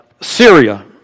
Syria